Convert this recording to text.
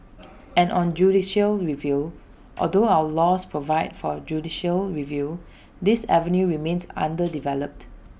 and on judicial review although our laws provide for judicial review this avenue remains underdeveloped